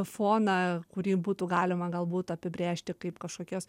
foną kurį būtų galima galbūt apibrėžti kaip kažkokias